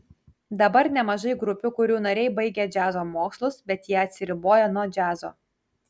dabar nemažai grupių kurių nariai baigę džiazo mokslus bet jie atsiriboja nuo džiazo